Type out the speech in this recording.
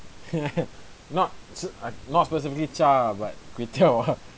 not uh I not specifically char ah but kway teow ah